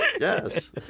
Yes